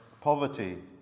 poverty